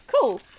Cool